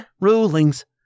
rulings